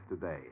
today